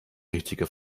richtige